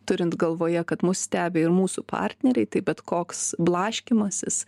turint galvoje kad mus stebi ir mūsų partneriai tai bet koks blaškymasis